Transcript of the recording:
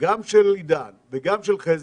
גם של עידן וגם של חזי,